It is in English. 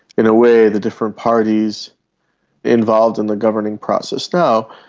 in a way the different parties involved in the governing process now,